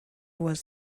was